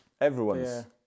everyone's